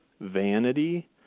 vanity